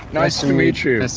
nice to meet you nice